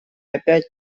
опять